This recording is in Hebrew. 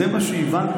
זה מה שהבנתי,